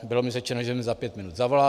Bylo mi řečeno, že mi za pět minut zavolá.